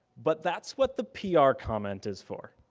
but that's what the pr comment is for.